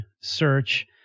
search